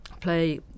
play